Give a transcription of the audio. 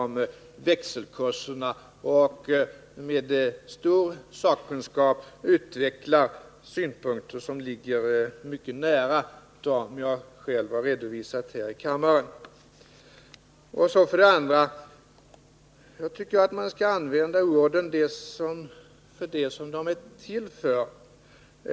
Med stor sakkunskap utvecklar han synpunkter som ligger mycket nära dem jag själv har redovisat här i kammaren. För det andra: Jag tycker att man skall använda orden i deras rätta bemärkelse.